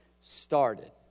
started